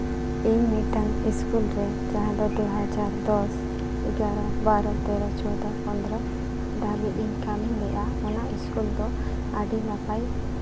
ᱤᱧ ᱢᱤᱫᱴᱟᱝ ᱥᱠᱩᱞ ᱨᱮ ᱡᱟᱦᱟᱸ ᱫᱚ ᱡᱟᱦᱟᱸ ᱰᱚ ᱫᱩ ᱦᱟᱡᱟᱨ ᱫᱚᱥ ᱮᱜᱟᱨᱚ ᱵᱟᱨᱳ ᱛᱮᱨᱚ ᱪᱳᱫᱫᱚ ᱯᱚᱫᱨᱚ ᱫᱷᱟᱹᱵᱤᱡ ᱤᱧ ᱠᱟᱹᱢᱤ ᱞᱮᱜᱼᱟ ᱚᱱᱟ ᱥᱠᱩᱞ ᱫᱚ ᱟᱹᱰᱤ ᱱᱟᱯᱟᱭ